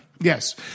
yes